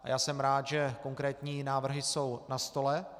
A já jsem rád, že konkrétní návrhy jsou na stole.